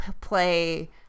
play